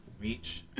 reach